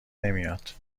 نمیاد